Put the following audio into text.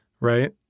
Right